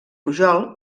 pujol